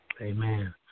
Amen